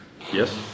Yes